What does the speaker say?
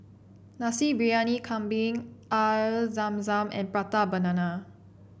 Nasi Briyani Kambing Air Zam Zam and Prata Banana